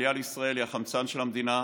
העלייה לישראל היא החמצן של המדינה.